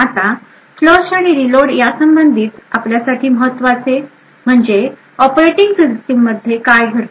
आता फ्लश आणि रीलोड यासंबंधी आपल्यासाठी महत्वाचे म्हणजे ऑपरेटिंग सिस्टीम मध्ये काय घडते